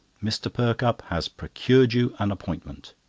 mr. perkupp has procured you an appointment!